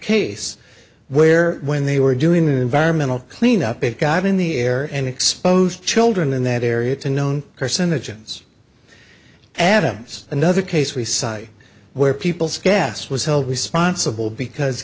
case where when they were doing their environmental cleanup it got in the air and exposed children in that area to known carcinogens adams another case we cite where people's gas was held responsible because